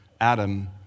Adam